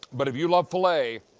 but if you love filet,